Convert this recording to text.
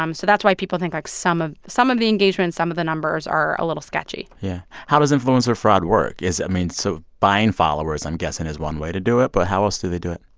um so that's why people think, like, some of some of the engagement, some of the numbers are a little sketchy yeah. how does influencer fraud work? is i mean, so buying followers, i'm guessing, is one way to do it. but how else do they do it?